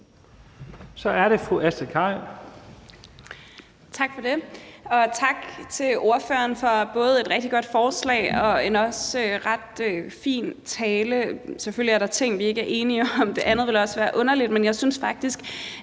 Så er det fru Astrid Carøe.